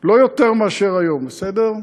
לא יותר מאשר היום, בסדר?